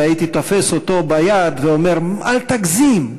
והייתי תופס אותו ביד ואומר: אל תגזים,